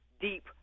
deep